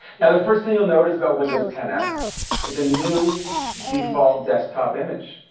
now, the first thing you'll notice about windows ten s is a new default desktop image.